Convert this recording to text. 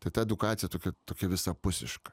tai ta edukacija tokia tokia visapusiška